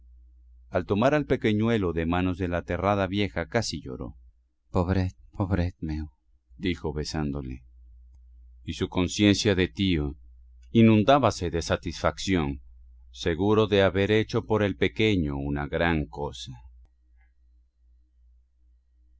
al tomar al pequeñuelo de manos de la aterrada vieja casi lloró pobret pobret meu dijo besándole y su conciencia de tío inundábase de satisfacción seguro de haber hecho por el pequeño una gran cosa